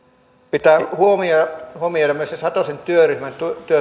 pitää huomioida myös satosen työryhmän työn tulokset se oli erittäin hyvä